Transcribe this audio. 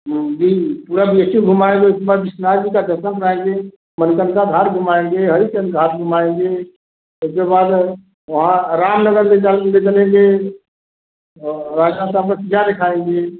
जी पूरा B H U घुमाएँगे उसके बाद विश्वनाथ जी का दर्शन कराएँगे घुमाएँगे हरिश्चंद्र घाट घुमाएँगे उसके बाद वहाँ रामनगर ले जाएँगे दिखाएँगे